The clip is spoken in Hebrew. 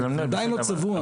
זה עדיין לא צבוע.